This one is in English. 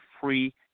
free